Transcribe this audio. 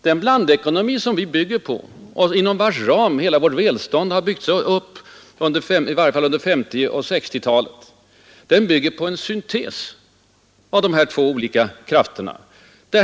Den blandekonomi inom vars ram hela vårt välstånd byggts upp, i varje fall under 1950 och 1960-talen, utgör en syntes av dessa två olika krafter.